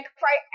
cry